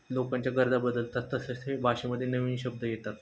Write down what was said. लोकांच्या गरजा बदलतात तसेच हे भाषेमध्ये नवीन शब्द येतात